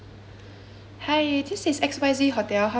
hi this is X Y Z hotel how may I help you